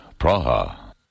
Praha